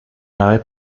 nave